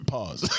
Pause